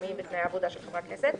תשלומים ותנאי עבודה של חברי הכנסת.